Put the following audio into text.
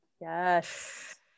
Yes